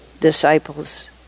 disciples